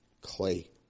clay